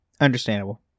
Understandable